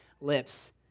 lips